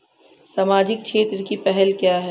सामाजिक क्षेत्र की पहल क्या हैं?